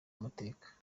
amateka